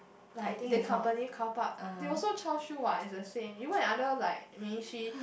like the company carpark they also charge you what is the same in work in other like ministry